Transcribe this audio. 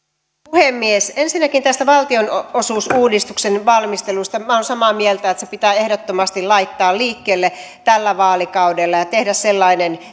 puhemies ensinnäkin tästä valtionosuusuudistuksen valmistelusta minä olen samaa mieltä että se pitää ehdottomasti laittaa liikkeelle tällä vaalikaudella ja tehdä sellainen